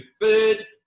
third